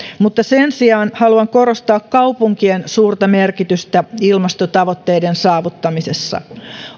mutta sen sijaan haluan korostaa kaupunkien suurta merkitystä ilmastotavoitteiden saavuttamisessa